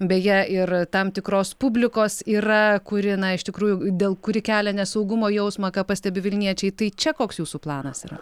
beje ir tam tikros publikos yra kuri na iš tikrųjų dėl kuri kelia nesaugumo jausmą ką pastebi vilniečiai tai čia koks jūsų planas yra